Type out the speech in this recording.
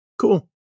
cool